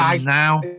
now